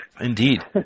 Indeed